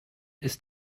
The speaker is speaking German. ist